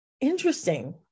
interesting